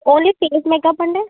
only face makeup అంటే